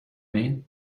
mean